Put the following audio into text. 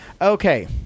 okay